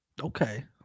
Okay